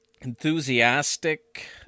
enthusiastic